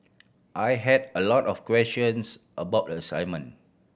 I had a lot of questions about the assignment